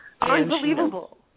Unbelievable